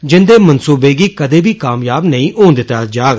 जिन्दे मंसूबें गी कदे बी कामयाब नेई होन दित्ता जाग